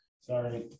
Sorry